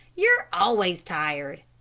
you're always tired.